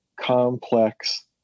complex